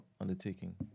undertaking